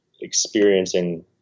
experiencing